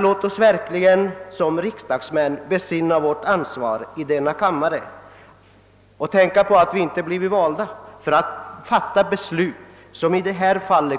Låt oss verkligen i denna kammare besinna vårt ansvar som riksdagsmän och tänka på att vi inte blivit valda för att fatta beslut som